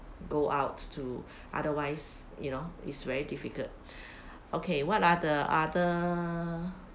go out to otherwise you know is very difficult okay what are the other